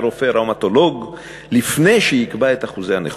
רופא ראומטולוג לפני שיקבע את אחוזי הנכות.